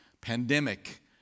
pandemic